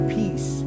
peace